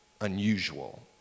unusual